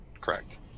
Correct